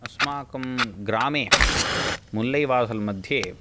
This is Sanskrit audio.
अस्माकं ग्रामे मूल्लैवासल्मध्ये